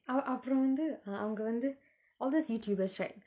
ah அப்ரோ வந்து:apro vanthu ah அவங்க வந்து:avanga vanthu all these youtubers right